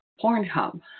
Pornhub